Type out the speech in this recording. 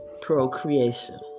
procreation